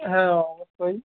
হ্যাঁ ওই